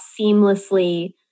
seamlessly